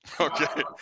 Okay